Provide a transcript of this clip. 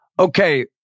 Okay